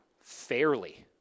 Fairly